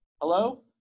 Hello